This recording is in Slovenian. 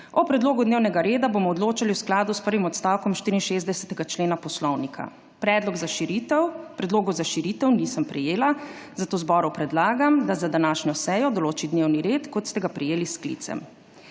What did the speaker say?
O predlogu dnevnega reda bomo odločali v skladu s prvim odstavkom 64. člena poslovnika. Predlogov za širitev nisem prejela, zato zboru predlagam, da za današnjo sejo določi dnevni red, kot ste ga prejeli s sklicem.